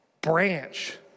branch